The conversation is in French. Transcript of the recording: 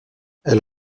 elle